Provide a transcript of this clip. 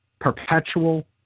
perpetual